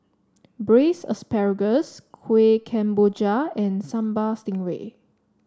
Braised Asparagus Kueh Kemboja and Sambal Stingray